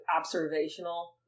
observational